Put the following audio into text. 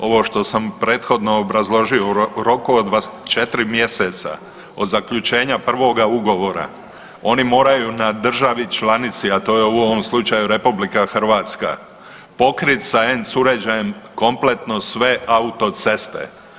Dobro, to je ovo što sam prethodno obrazložio, u roku od 24 mjeseca od zaključenja prvoga ugovora oni moraju na državi članici, a to je u ovom slučaju RH pokrit sa ENC uređajem kompletno sve autoceste.